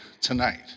tonight